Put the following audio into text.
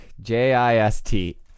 J-I-S-T